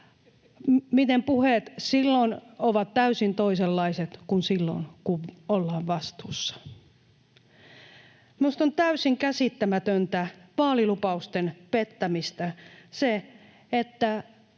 Miten puheet silloin ovat täysin toisenlaiset kuin silloin, kun ollaan vastuussa. Minusta on täysin käsittämätöntä vaalilupausten pettämistä se, että